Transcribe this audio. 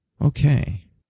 okay